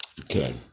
Okay